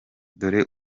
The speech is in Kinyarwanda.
dore